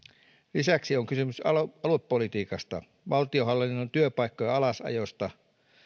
lisäksi on kysymys aluepolitiikasta valtionhallinnon työpaikkojen alasajosta